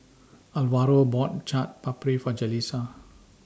Alvaro bought Chaat Papri For Jalissa